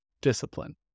discipline